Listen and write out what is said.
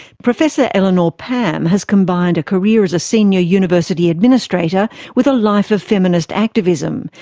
professor eleanor pam has combined a career as a senior university administrator with a life of feminist activism,